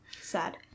Sad